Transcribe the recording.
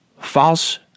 false